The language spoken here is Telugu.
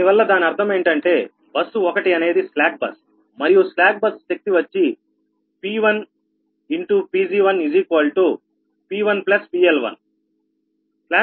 దానివల్ల దాని అర్థం ఏంటంటే బస్సు 1 అనేది స్లాక్ బస్ మరియు స్లాక్ బస్ శక్తి వచ్చి P1 Pg1 P1 PL1